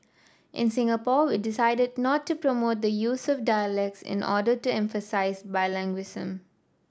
in Singapore we decided not to promote the use of dialects in order to emphasise bilingualism